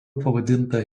pavadinta